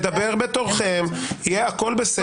הכול בסדר.